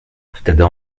wtedy